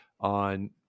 on